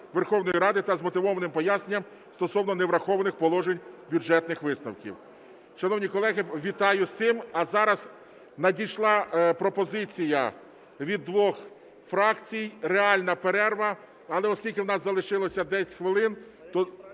Верховної Ради, та з вмотивованим поясненням стосовно неврахованих положень Бюджетних висновків. Шановні колеги, вітаю з цим. А зараз надійшла пропозиція від двох фракцій – реальна перерва. Але оскільки у нас залишилося 10 хвилин, то...